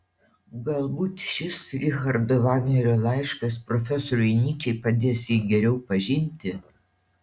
galbūt šis richardo vagnerio laiškas profesoriui nyčei padės jį geriau pažinti